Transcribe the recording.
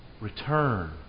Return